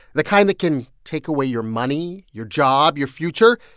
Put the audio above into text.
the kind that can take away your money, your job, your future.